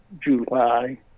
July